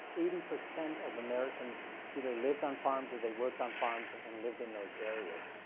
eighty percent of americans either lived on farms or they worked on farms and and lived in those areas.